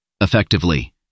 Effectively